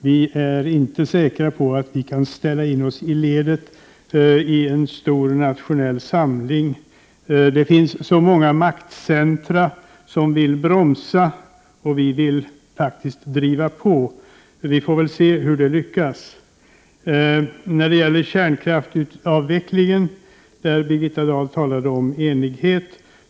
Vi är inte säkra på att vi kan ställa in oss i ledet i en stor nationell samling. Det finns så många maktcentra som vill bromsa, och vi vill faktiskt driva på, så vi får se hur det lyckas. När det gäller kärnkraftsavvecklingen talade Birgitta Dahl om enighet.